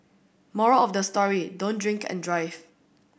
moral of the story don't drink and drive